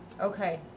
Okay